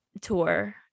tour